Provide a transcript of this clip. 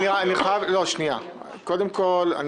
קודם כל,